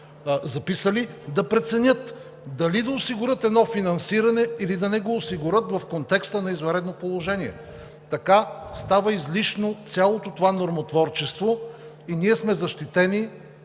записали, да преценят дали да осигурят едно финансиране, или да не го осигурят в контекста на извънредно положение. Така става излишно цялото това нормотворчество и сме защитени,